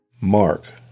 Mark